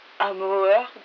Amour